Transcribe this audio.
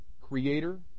creator